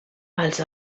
els